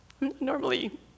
normally